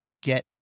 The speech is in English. get